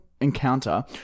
encounter